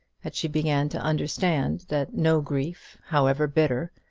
that she began to understand that no grief, however bitter,